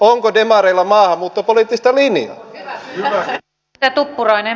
onko demareilla maahanmuuttopoliittista linjaa